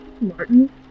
Martin